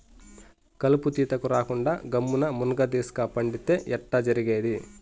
కలుపు తీతకు రాకుండా గమ్మున్న మున్గదీస్క పండితే ఎట్టా జరిగేది